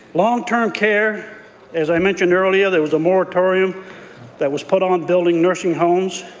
long-term care as i mentioned earlier, there was a moratorium that was put on on building nursing homes.